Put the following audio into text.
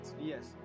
yes